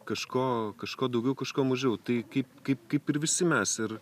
kažko kažko daugiau kažko mažiau tai kaip kaip kaip ir visi mes ir